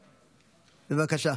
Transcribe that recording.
בבקשה.